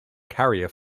carrier